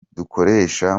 dukoresha